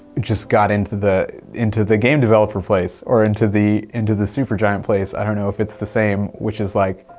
just got into the into the game developer place, or into the into the supergiant place. i dont know it it's the same, which is like,